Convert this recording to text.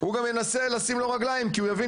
הוא גם ינסה לשים לו רגליים כי הוא יבין